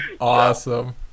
Awesome